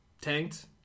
tanked